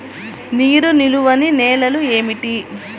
నీరు నిలువని నేలలు ఏమిటి?